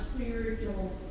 spiritual